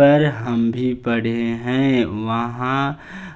पर हम भी पढ़े हैं वहाँ